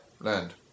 Land